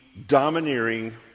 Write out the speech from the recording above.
domineering